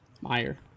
Meyer